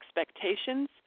expectations